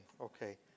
okay